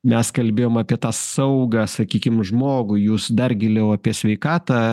mes kalbėjom apie tą saugą sakykim žmogui jūs dar giliau apie sveikatą